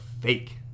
fake